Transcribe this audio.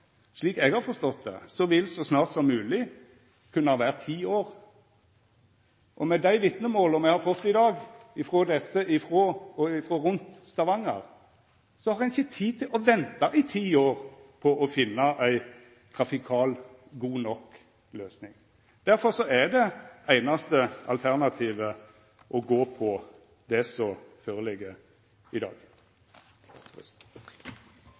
slik eg har forstått det, vil «så fort som mulig» kunne vera ti år. Og med dei vitnemåla me har fått i dag frå dei rundt Stavanger, har ein ikkje tid til å venta i ti år på å finna ei god nok trafikal løysing. Derfor er det einaste alternativet å gå for det som ligg føre i dag.